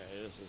okay